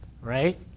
right